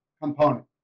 component